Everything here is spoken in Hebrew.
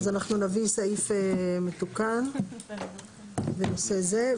אז אנחנו נביא סעיף מתוקן בנושא זה.